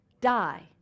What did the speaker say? Die